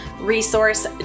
resource